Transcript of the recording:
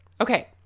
Okay